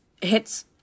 hits